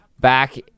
back